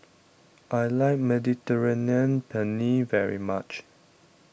I like Mediterranean Penne very much